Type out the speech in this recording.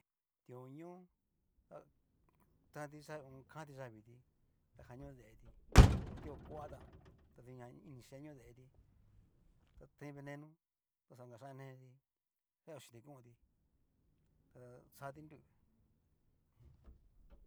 Ti hoña ta kanti kanti yaviti ta jan ñó deeti, tiko kua tán ta duña inixi jan ño deetí, ta tain venenó, taxa inka yian nenetí ña oyenti konti ta xati nru.